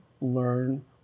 learn